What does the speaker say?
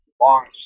long